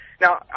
now